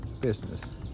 business